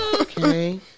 okay